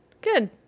Good